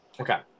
Okay